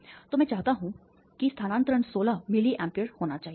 तो मैं चाहता हूं कि स्थानांतरण सोलह मिली एएमपीएस होना चाहिए